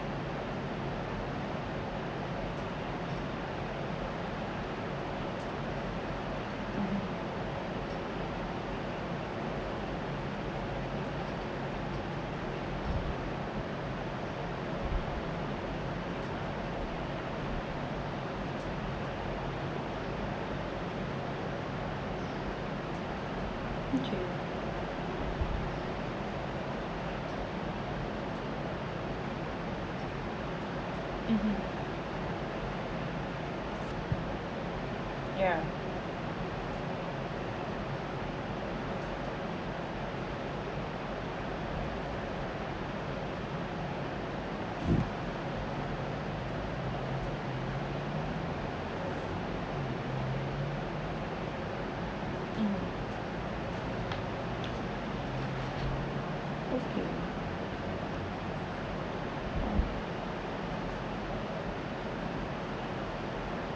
mmhmm okay mmhmm yeah mm okay